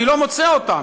אני לא מוצא אותן.